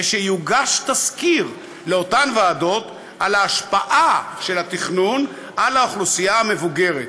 ושיוגש תסקיר לאותן ועדות על ההשפעה של התכנון על האוכלוסייה המבוגרת.